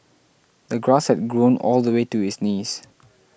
the grass had grown all the way to his knees